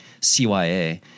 CYA